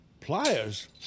Pliers